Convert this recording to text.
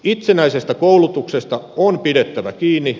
itsenäisestä koulutuksesta on pidettävä kiinni